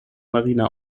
marine